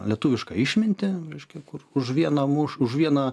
lietuvišką išmintį reiškia kur už vieną muš už vieną